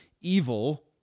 evil